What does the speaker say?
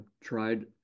tried